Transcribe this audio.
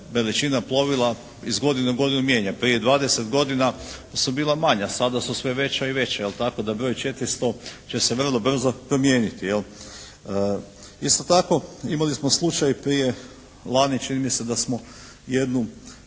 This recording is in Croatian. većina plovila iz godine u godinu mijenja. Prije 20 godina su bila manja, sada su sve veća i veća, je li tako. Broj 400 će se vrlo brzo promijeniti. Isto tako imali smo slučaj prije, lani čini mi se, da smo jednu